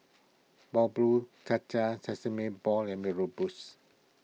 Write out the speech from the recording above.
Bubur Cha Cha Sesame Balls and Mee Rebus